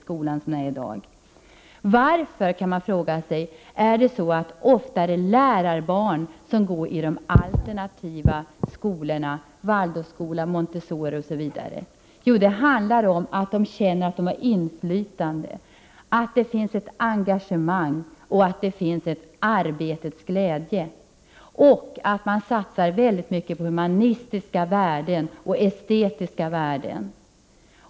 Man kan fråga sig varför det ofta är lärarbarn som går i de alternativa skolorna — exempelvis Waldorfeller Montessori-skolorna. Jo, där känner man att man har ett inflytande, att det finns ett engagemang och att det finns arbetsglädje. Dessutom inriktar man sig i mycket stor utsträckning på humanistiska och estetiska värden.